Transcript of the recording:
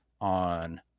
on